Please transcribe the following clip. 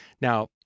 Now